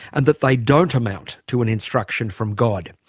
and that they don't amount to an instruction from god.